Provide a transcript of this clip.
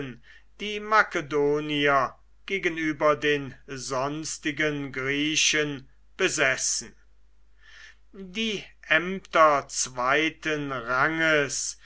die makedonier gegenüber den sonstigen griechen besessen die ämter zweiten ranges